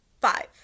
five